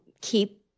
keep